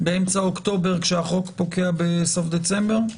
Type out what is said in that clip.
באמצע אוקטובר כשהחוק פוקע בסוף דצמבר?